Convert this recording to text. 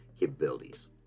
capabilities